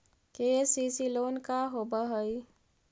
KCC loan का होब हइ?